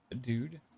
dude